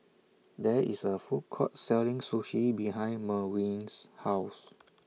There IS A Food Court Selling Sushi behind Merwin's House